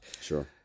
Sure